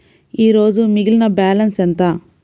ఈరోజు మిగిలిన బ్యాలెన్స్ ఎంత?